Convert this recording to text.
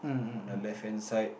on the left hand side